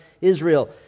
Israel